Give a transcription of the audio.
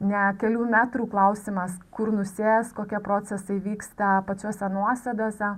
ne kelių metrų klausimas kur nusės kokie procesai vyksta pačiose nuosėdose